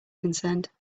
concerned